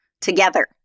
together